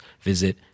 visit